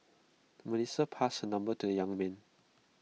Melissa passed her number to the young man